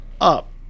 up